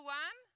one